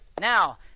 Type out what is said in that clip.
Now